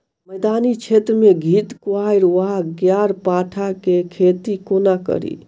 मैदानी क्षेत्र मे घृतक्वाइर वा ग्यारपाठा केँ खेती कोना कड़ी?